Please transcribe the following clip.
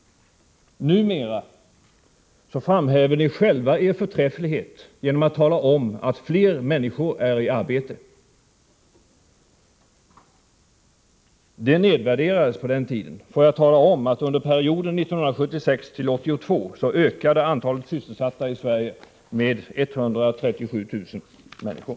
Numera framhäver ni själva er förträfflighet genom att tala om att fler människor är i arbete. Det nedvärderades under vår regeringstid. Får jag erinra om att antalet sysselsatta i Sverige under perioden 1976-1982 ökade med 137 000 människor.